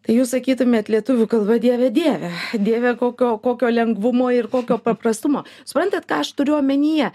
tai jūs sakytumėt lietuvių kalba dieve dieve dieve kokio kokio lengvumo ir kokio paprastumo suprantat ką aš turiu omenyje